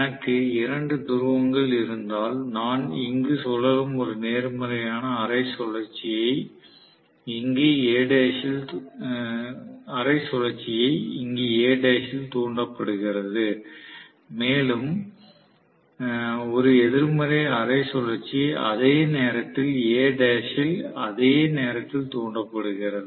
எனக்கு இரண்டு துருவங்கள் இருந்தால் நான் இங்கு சுழலும் ஒரு நேர்மறையான அரை சுழற்சியை இங்கு A' இல் தூண்டப்படுகிறது மேலும் ஒரு எதிர்மறை அரை சுழற்சி அதே நேரத்தில் A' இல் அதே நேரத்தில் தூண்டப்படுகிறது